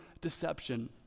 deception